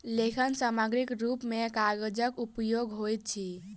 लेखन सामग्रीक रूप मे कागजक उपयोग होइत अछि